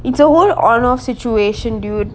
it's a one on off situation dude